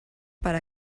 per